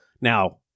now